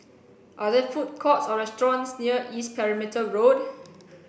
are there food courts or restaurants near East Perimeter Road